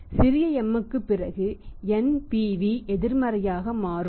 m இக்கு பிறகு NPV எதிர்மறையாக மாறும்